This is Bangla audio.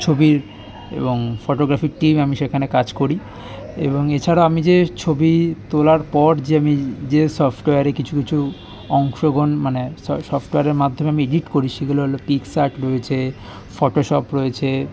ছবির এবং ফোটোগ্রাফির টিম আমি সেইখানে কাজ করি এবং এছাড়াও আমি যে ছবি তোলার পর যে আমি যে সফটওয়্যারে কিছু কিছু অংশগ্রহণ মানে সফটওয়্যারে মাধ্যমে আমি এডিট করি সেগুলো হল পিক্সআর্ট রয়েছে ফটোশপ রয়েছে